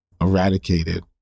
eradicated